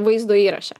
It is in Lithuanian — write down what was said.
vaizdo įraše